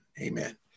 amen